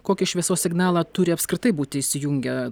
kokį šviesos signalą turi apskritai būti įsijungę